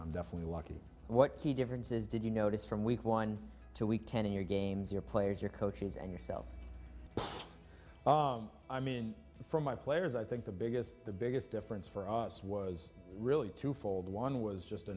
i'm definitely lucky what key differences did you notice from week one to week ten of your games your players your coaches and yourself i mean from my players i think the biggest the biggest difference for us was really twofold one was just